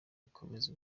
ikomeze